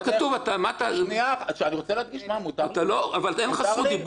אין לך זכות דיבור עכשיו.